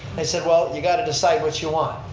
i said well, and you got to decide what you want.